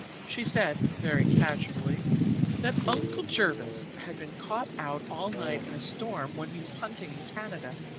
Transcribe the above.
she said very casually that uncle jervis had been caught out all night in a storm when he was hunting in canada,